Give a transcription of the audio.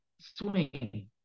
swing